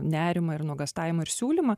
nerimą ir nuogąstavimą ir siūlymą